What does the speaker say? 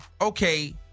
Okay